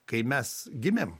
kai mes gimėm